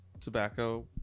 tobacco